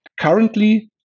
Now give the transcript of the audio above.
Currently